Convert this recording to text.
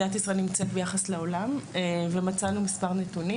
אנחנו הסתכלנו היכן מדינת ישראל נמצאת ביחס לעולם ומצאנו מספר נתונים.